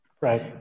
Right